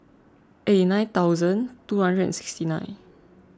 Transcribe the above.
eight nine thousand two hundred and sixty nine